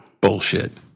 Bullshit